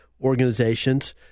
organizations